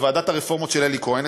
בוועדת הרפורמות של אלי כהן,